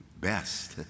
best